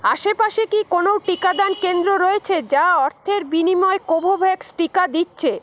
আশেপাশে কি কোনো টিকাদান কেন্দ্র রয়েছে যা অর্থের বিনিময়ে কোভোভ্যাক্স টিকা দিচ্ছে